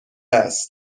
است